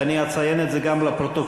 ואני אציין את זה גם לפרוטוקול,